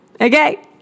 Okay